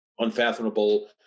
Unfathomable